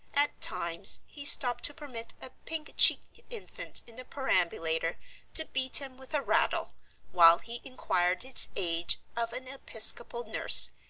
at times he stopped to permit a pink-cheeked infant in a perambulator to beat him with a rattle while he inquired its age of an episcopal nurse,